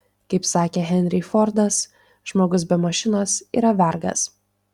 kaip sakė henry fordas žmogus be mašinos yra vergas